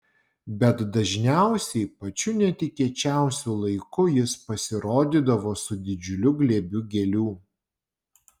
bet dažniausiai pačiu netikėčiausiu laiku jis pasirodydavo su didžiuliu glėbiu gėlių